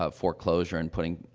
ah foreclosure and putting,